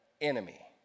enemy